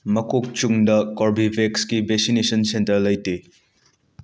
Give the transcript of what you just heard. ꯃꯀꯣꯛꯆꯨꯡꯗ ꯀꯣꯔꯕꯦꯚꯦꯀ꯭ꯁꯀꯤ vaccination centre ꯂꯩꯇꯦ